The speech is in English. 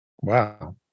Wow